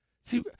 See